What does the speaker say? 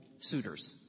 suitors